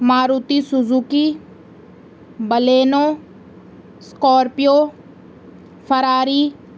Maruti Suzuki Baleno scorpio Ferrari